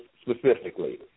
specifically